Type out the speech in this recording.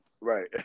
Right